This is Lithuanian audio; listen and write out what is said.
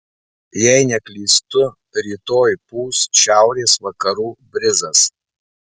jei neklystu rytoj pūs šiaurės vakarų brizas